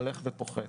הולך ופוחת.